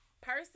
Person